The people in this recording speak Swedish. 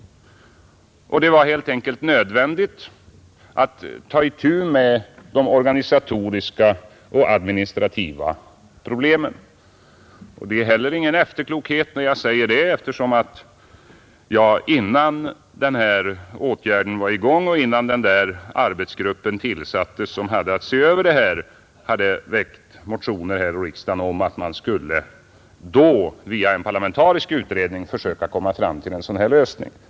Och det var helt enkelt nödvändigt att ta itu med de organisatoriska och administrativa problemen. Det är heller ingen efterklokhet när jag säger det, eftersom jag innan åtgärden var i gång och innan den arbetsgrupp tillsattes som hade att se över det här hade väckt motioner i riksdagen om att man genom en parlamentarisk utredning skulle försöka komma fram till en sådan här lösning.